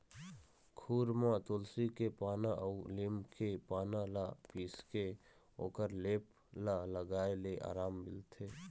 खुर म तुलसी के पाना अउ लीम के पाना ल पीसके ओखर लेप ल लगाए ले अराम मिलथे